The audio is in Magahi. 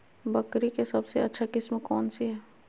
बकरी के सबसे अच्छा किस्म कौन सी है?